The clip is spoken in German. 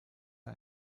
der